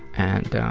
and yeah.